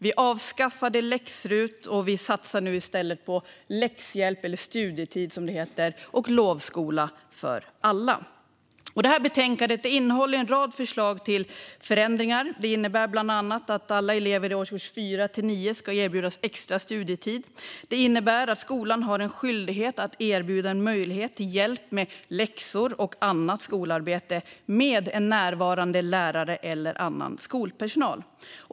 Vi avskaffade läxrut och satsar nu i stället på läxhjälp, eller studietid som det heter, och lovskola för alla. Det här betänkandet innehåller en rad förslag till förändringar. Det innebär bland annat att alla elever i årskurs 4-9 ska erbjudas extra studietid, vilket innebär att skolan har en skyldighet att erbjuda en möjlighet till hjälp med läxor och annat skolarbete med en närvarande lärare eller annan skolpersonal.